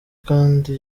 kandi